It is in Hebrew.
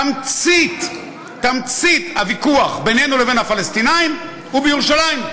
תמצית הוויכוח בינינו לבין הפלסטינים הוא בירושלים.